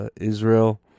Israel